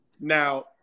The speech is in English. Now